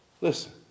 listen